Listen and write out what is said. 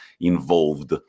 involved